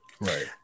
Right